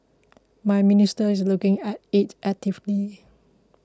my minister is looking at it actively